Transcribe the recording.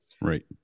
Right